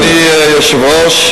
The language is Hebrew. אדוני היושב-ראש,